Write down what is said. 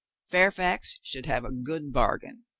fairfax should have a good bargain.